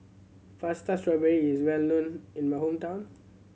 strawberry is well known in my hometown